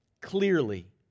clearly